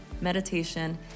meditation